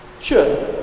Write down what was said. Sure